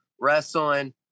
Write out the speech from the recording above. wrestling